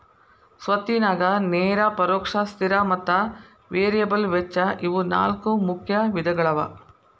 ಸ್ವತ್ತಿನ್ಯಾಗ ನೇರ ಪರೋಕ್ಷ ಸ್ಥಿರ ಮತ್ತ ವೇರಿಯಬಲ್ ವೆಚ್ಚ ಇವು ನಾಲ್ಕು ಮುಖ್ಯ ವಿಧಗಳವ